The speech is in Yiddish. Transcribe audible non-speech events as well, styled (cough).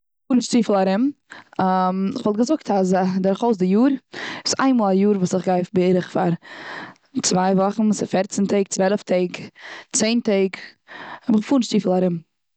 כ'פאר נישט צופיל ארום. (hesitation) כ'וואלט געזאגט אז דורכאויס די יאר, איין מאל א יאר וואס איך גיי בערך פאר צוויי וואכן, פערצן טעג, צוועלעף טעג, צען טעג. כ'פאר נישט צופיל ארום.